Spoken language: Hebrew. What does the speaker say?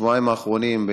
שבועיים האחרונים,